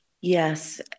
Yes